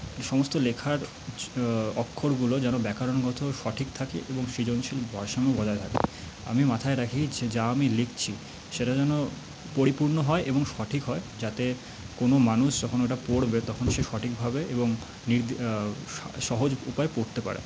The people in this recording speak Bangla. সমস্ত লেখার অক্ষরগুলো যেন ব্যাকরণগত সঠিক থাকে এবং সৃজনশীল ভারসাম্য বজায় থাকে আমি মাথায় রাখি যা আমি লিখছি সেটা যেন পরিপূর্ণ হয় এবং সঠিক হয় যাতে কোনো মানুষ যখন ওটা পড়বে তখন সে সঠিকভাবে এবং সহজ উপায়ে পড়তে পারে